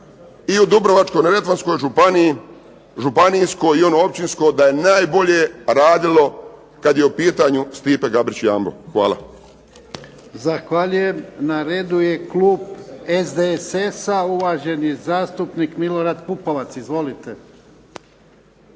i u Dubrovačko-neretvanskoj županiji, županijsko i ono općinsko da je najbolje radilo kad je u pitanju Stipe Gabrić Jumbo. Hvala. **Jarnjak, Ivan (HDZ)** Zahvaljujem. Na redu je klub SDSS-a uvaženi zastupnik Milorad Pupovac. Izvolite.